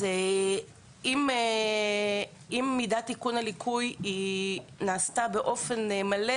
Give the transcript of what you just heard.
אם מידת תיקון הליקוי נעשתה באופן מלא